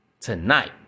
tonight